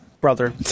brother